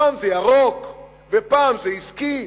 פעם זה ירוק, ופעם זה עסקי,